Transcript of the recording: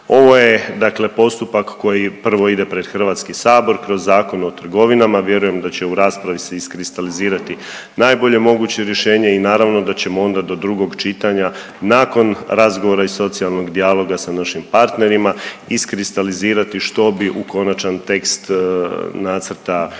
dakle postupak koji prvo ide pred Hrvatski sabor kroz Zakon o trgovinama, vjerujem da će u raspravi se iskristalizirati najbolje moguće rješenje i naravno da ćemo onda do drugog čitanja nakon razgovora i socijalnog dijaloga sa našim partnerima iskristalizirati što bi u konačan tekst nacrta izmjena i